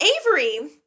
Avery